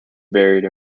buried